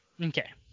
Okay